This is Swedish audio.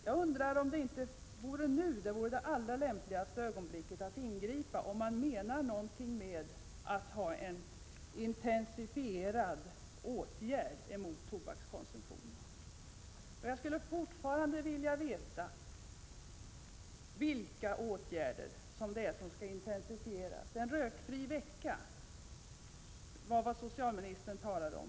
Jag undrar om det inte är nu som det är allra lämpligast att ingripa, om man verkligen menar något med sitt tal om intensifierade åtgärder mot tobakskonsumtionen. Jag skulle alltså vilja veta vilka åtgärder det är som skall intensifieras. En rökfri vecka är vad socialministern talar om.